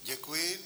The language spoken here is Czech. Děkuji.